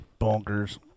Bonkers